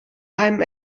einem